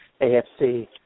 AFC